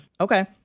Okay